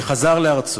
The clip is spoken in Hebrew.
שחזר לארצו,